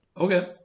Okay